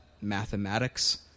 mathematics